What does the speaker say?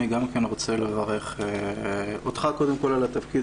אני גם כן רוצה לברך אותך קודם כל על התפקיד.